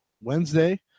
Wednesday